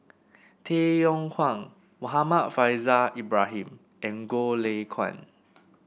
Tay Yong Kwang Muhammad Faishal Ibrahim and Goh Lay Kuan